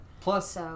Plus